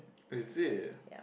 is it